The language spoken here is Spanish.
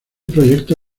proyecto